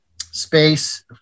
space